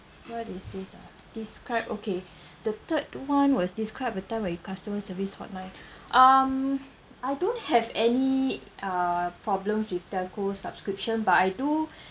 what is this ah describe okay the third one was describe a time when customer service hotline um I don't have any uh problems with the go subscription but I do